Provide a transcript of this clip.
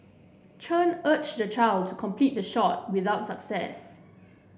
Chen urged the child to complete the shot without success